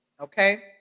Okay